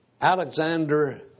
Alexander